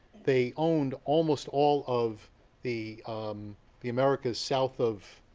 they owned almost all of the the americas south of